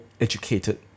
educated